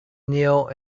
kneel